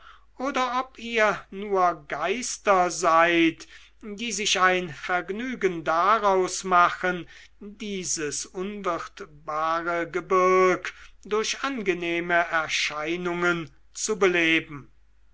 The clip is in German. oder ob ihr nur geister seid die sich ein vergnügen daraus machen dieses unwirtbare gebirg durch angenehme erscheinungen zu beleben